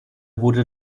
wurde